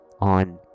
on